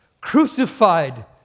crucified